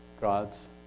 God's